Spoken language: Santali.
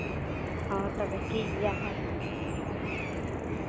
ᱦᱚᱸ ᱛᱚᱵᱮ ᱴᱷᱤᱠᱜᱮᱭᱟ ᱦᱳᱭ